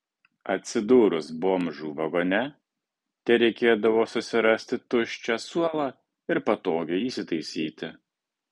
atsidūrus bomžų vagone tereikėdavo susirasti tuščią suolą ir patogiai įsitaisyti